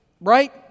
right